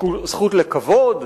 זכות לכבוד.